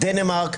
דנמרק,